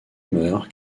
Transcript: meurt